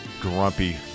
grumpy